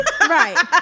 Right